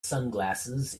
sunglasses